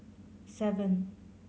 seven